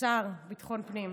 השר לביטחון פנים,